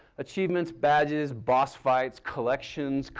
achievements, badges, boss fights, collections,